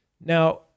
Now